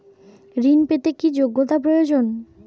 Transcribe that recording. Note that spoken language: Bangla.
ঋণ পেতে কি যোগ্যতা প্রয়োজন?